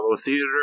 Theater